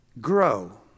Grow